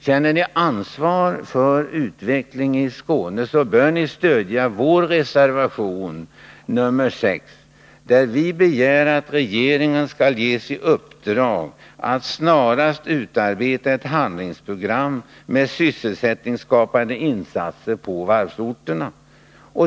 Känner ni ansvar för utvecklingen i Skåne, så bör ni stödja vår reservation nr 6, där vi begär att regeringen skall ges i uppdrag att snarast utarbeta ett handlingsprogram med förslag till sysselsättningsskapande insatser på varvsorterna.